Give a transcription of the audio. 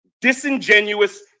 Disingenuous